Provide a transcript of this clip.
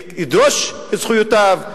ידרוש זכויותיו,